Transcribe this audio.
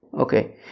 Okay